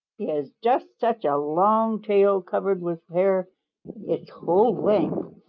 he has just such a long tail covered with hair its whole length.